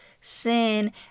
sin